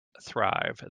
thrive